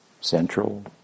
Central